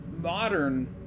modern